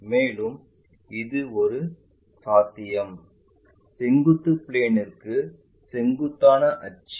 மேலும் இது ஒரு சாத்தியம் செங்குத்து பிளேன்ற்கு செங்குத்தாக அச்சு